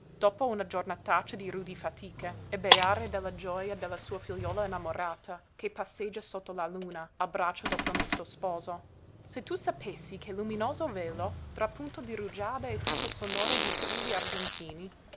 dopo una giornataccia di rudi fatiche e beare della gioja della sua figliuola innamorata che passeggia sotto la luna a braccio del promesso sposo se tu sapessi che luminoso velo trapunto di rugiada e tutto sonoro di trilli argentini